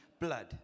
blood